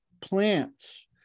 plants